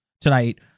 tonight